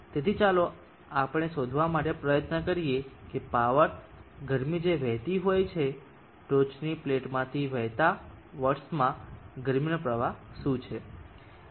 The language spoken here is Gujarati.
તેથી ચાલો આપણે શોધવા માટે પ્રયત્ન કરીએ કે પાવર ગરમી જે વહેતી હોય છે ટોચની પ્લેટમાંથી વહેતા વોટ્સમાં ગરમીનો પ્રવાહ શું છે